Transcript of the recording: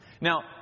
Now